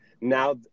now